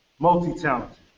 Multi-talented